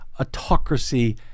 autocracy